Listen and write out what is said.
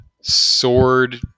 sword